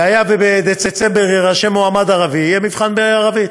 והיה ובדצמבר יירשם מועמד ערבי, יהיה מבחן בערבית.